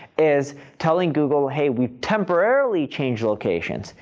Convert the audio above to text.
is telling google, hey, we temporarily changed locations.